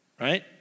Right